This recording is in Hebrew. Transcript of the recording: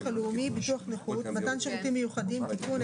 הלאומי (ביטוח נכות) (מתן שירותים מיוחדים) (תיקון),